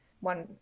one